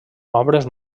obres